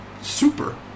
super